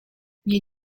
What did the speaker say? nie